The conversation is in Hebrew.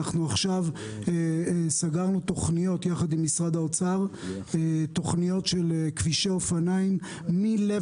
אנו עכשיו סגרנו תוכניות עם משרד האוצר של כבישי אופניים מלב